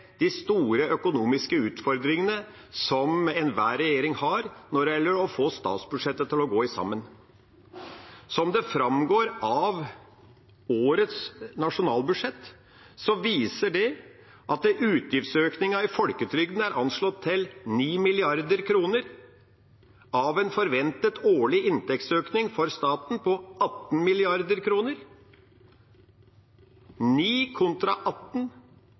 de store økonomiske utfordringene som enhver regjering har når det gjelder å få statsbudsjettet til å gå i hop. Som det framgår av årets nasjonalbudsjett, er utgiftsøkningen i folketrygden anslått til 9 mrd. kr av en forventet årlig inntektsøkning for staten på 18 mrd. kr – 9 kontra 18.